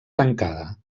tancada